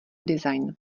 design